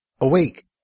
Awake